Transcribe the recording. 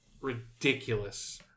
ridiculous